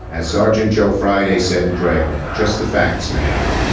as sergeant joe friday said in dragnet. just the facts, ma'am.